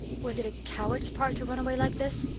was it a coward's part to run away like this?